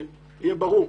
שיהיה ברור,